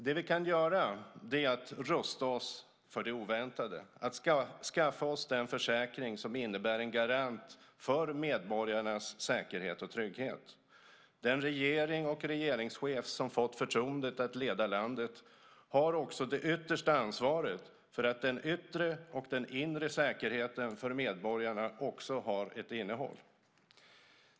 Det vi kan göra är att rusta oss för det oväntade, att skaffa oss den försäkring som innebär en garant för medborgarnas säkerhet och trygghet. Den regering och regeringschef som fått förtroendet att leda landet har också det yttersta ansvaret för att den yttre och den inre säkerheten för medborgarna har ett innehåll.